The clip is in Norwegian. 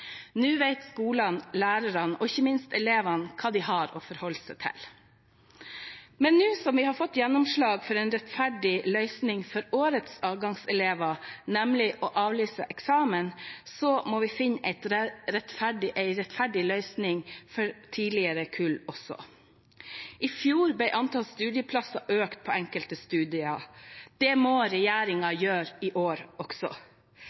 Nå vet skolene, lærerne og ikke minst elevene hva de har å forholde seg til. Nå som vi har fått gjennomslag for en rettferdig løsning for årets avgangselever, nemlig å avlyse eksamen, må vi finne en rettferdig løsning for tidligere kull også. I fjor ble antallet studieplasser økt på enkelte studier; det må regjeringen gjøre i år også.